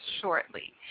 shortly